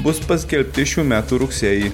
bus paskelbti šių metų rugsėjį